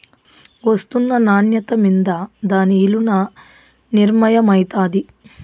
ఒస్తున్న నాన్యత మింద దాని ఇలున నిర్మయమైతాది